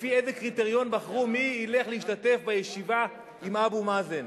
לפי איזה קריטריון בחרו מי ילך להשתתף בישיבה עם אבו מאזן.